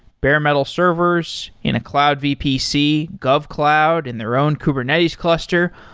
bare metal servers in a cloud vpc, govcloud and their own kubernetes cluster,